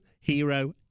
hero